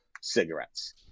cigarettes